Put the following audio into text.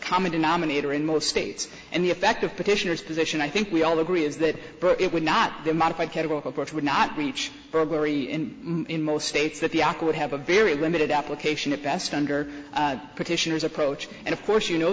common denominator in most states and the effect of petitioners position i think we all agree is that it would not be modified carol of course would not reach burglary in most states that the arc would have a very limited application at best under petitioners approach and of course you know